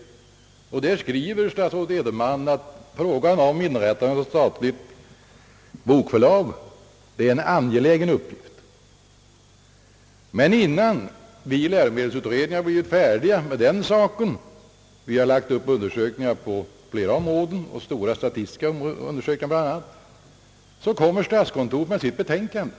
I direktiven skriver statsrådet Edenman att inrättande av ett statligt bokförlag är en angelägen uppgift. Men innan läromedelsutredningen har blivit färdig med den frågan — vi har lagt upp undersökningar på flera områden, bl.a. stora statistiska undersökningar — kommer statskontoret med sitt betänkande.